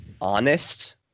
honest